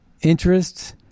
interests